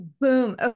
boom